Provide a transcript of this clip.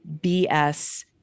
BS